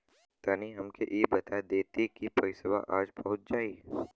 तनि हमके इ बता देती की पइसवा आज पहुँच जाई?